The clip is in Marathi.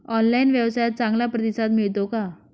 ऑनलाइन व्यवसायात चांगला प्रतिसाद मिळतो का?